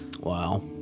Wow